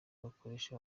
bakoresha